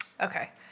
Okay